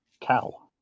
cow